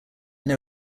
know